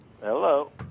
Hello